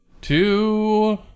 two